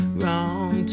wrong